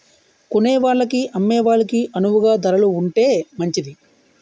కొనేవాళ్ళకి అమ్మే వాళ్ళకి అణువుగా ధరలు ఉంటే మంచిది